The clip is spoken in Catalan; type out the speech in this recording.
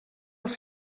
els